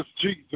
Jesus